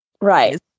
Right